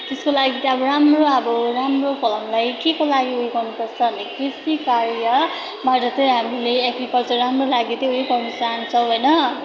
त्यसको लागि चाहिँ अब राम्रो अब राम्रो फलाउनुलाई के को लागि गर्नुपर्छ भन्दा कृषिकार्यबाट चाहिँ हामीले एग्रिकल्चर राम्रो लागि चाहिँ उयो गर्नु चाहन्छौँ होइन